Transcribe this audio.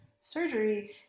surgery